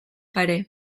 pare